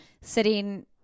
sitting